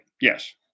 Yes